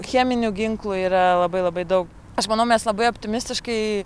cheminių ginklų yra labai labai daug aš manau mes labai optimistiškai